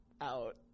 out